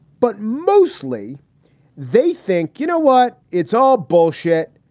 but mostly they think, you know what, it's all bullshit.